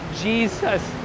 jesus